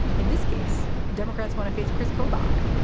in this case, democrats want to face kris kobach.